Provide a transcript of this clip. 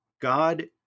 God